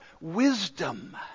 Wisdom